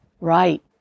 right